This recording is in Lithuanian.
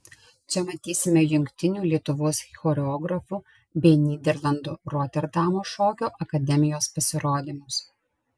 čia matysime jungtinių lietuvos choreografų bei nyderlandų roterdamo šokio akademijos pasirodymus